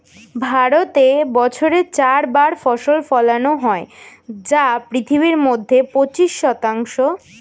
ভারতে বছরে চার বার ফসল ফলানো হয় যা পৃথিবীর মধ্যে পঁচিশ শতাংশ